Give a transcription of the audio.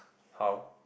how